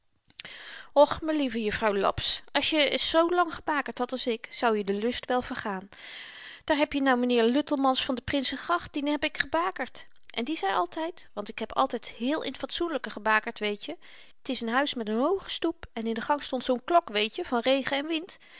och me lieve juffrouw laps als je n ns zoolang gebakerd had als ik zou je de lust wel vergaan daar heb je nou m'nheer luttelmans van de prinsengracht dien heb ik gebakerd en die zei altyd want ik heb altyd heel in t fatsoelyke gebakerd weetje t is n huis met n hooge stoep en in de gang stond zoo'n klok weetje van regen en wind